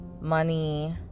money